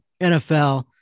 NFL